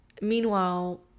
Meanwhile